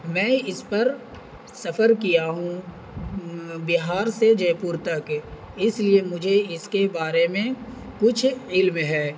میں اس پر سفر کیا ہوں بہار سے جے پور تک اس لیے مجھے اس کے بارے میں کچھ علم ہے